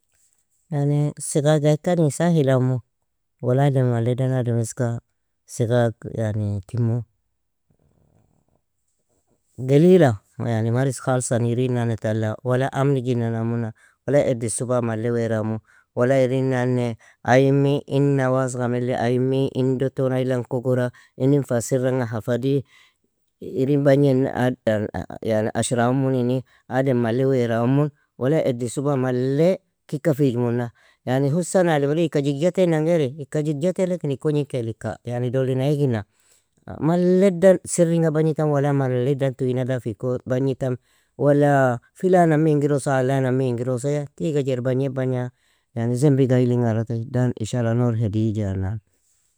Yani ثقة ga ikani sahilaimu, wala adem maledan adem iska siqag yani timu. Galila, yani maris khalsan, irinane tala wala amnijinana imuna, wala edin suba male weara imu, wala irinanne ayimi inna wasga mele, ayimi in duton aylan kugora, inin fa siranga hafadi, irin bagnen, yani ashraimunini, adem male wearaimun, wala edin suba malle kika fijmuna, yani husan ademri ika jigjatenan gari, ika jigjate lekin ik ugninka lika, yani dolina igina, malle dan sirringa bagnitam wala malle dan tu ina dafiko bagnitam, wala filana mingiroso alana mingirosya, tiga jer bagne bagna yani zambiga aylinga ان شاء الله nour hedijana.